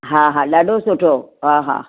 हा हा ॾाढो सुठो हा हा